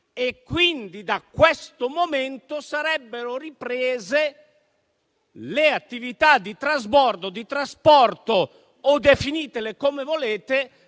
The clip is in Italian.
E quindi da questo momento sarebbero riprese le attività di trasbordo, trasporto o definitele come volete,